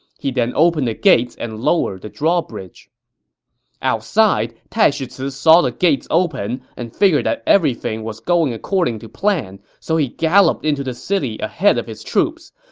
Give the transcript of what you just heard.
he then opened the gates and lowered the drawbridge outside, taishi ci saw the gates open and figured that everything was going according to plan, so he galloped into the city ahead of his troops.